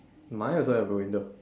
mine also have a window